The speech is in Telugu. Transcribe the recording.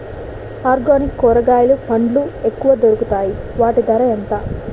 ఆర్గనిక్ కూరగాయలు పండ్లు ఎక్కడ దొరుకుతాయి? వాటి ధర ఎంత?